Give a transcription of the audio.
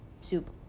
Soup